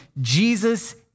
Jesus